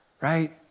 Right